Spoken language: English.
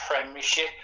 Premiership